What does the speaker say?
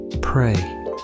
Pray